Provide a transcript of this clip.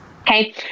Okay